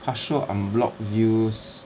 他说 unblocked views